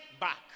back